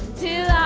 to